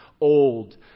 old